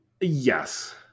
yes